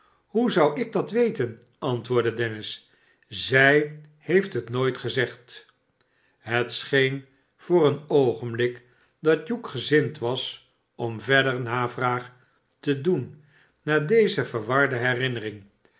hoe zou ik dat weten antwoordde dennis zij heeft het nooit gezegd het scheen voor een oogenblik dat hugh gezmd wasomverdere navraag te doen naar deze verwarde herinnermg